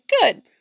good